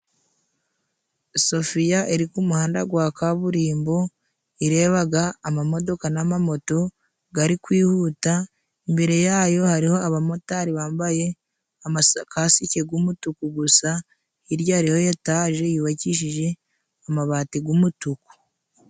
Sofiya iri k'umuhanda gwa kaburimbo irebaga amamodoka n'amamoto gari kwihuta, imbere yayo hariho abamotari bambaye amakasike g'umutuku gusa hirya hariyo Etaje yubakishije amabati g'umutuku.